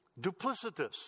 duplicitous